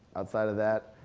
outside of that,